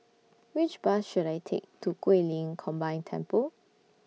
Which Bus should I Take to Guilin Combined Temple